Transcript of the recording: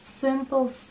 simple